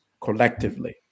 collectively